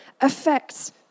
affects